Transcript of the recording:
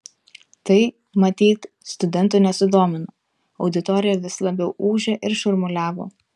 tai matyt studentų nesudomino auditorija vis labiau ūžė ir šurmuliavo